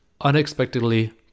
unexpectedly